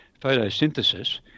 photosynthesis